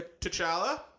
T'Challa